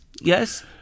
Yes